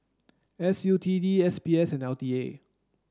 S U T D S B S and L T A